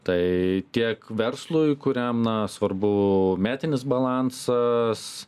tai tiek verslui kuriam na svarbu metinis balansas